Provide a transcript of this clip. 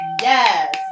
yes